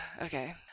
Okay